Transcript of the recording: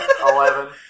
Eleven